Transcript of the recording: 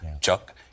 Chuck